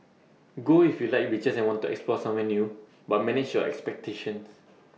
go if you like beaches and want to explore somewhere new but manage your expectations